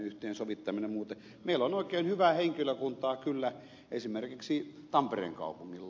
meillä on kyllä oikein hyvää henkilökuntaa esimerkiksi tampereen kaupungilla